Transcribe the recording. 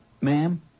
Ma'am